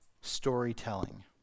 storytelling